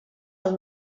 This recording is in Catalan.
els